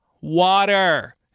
water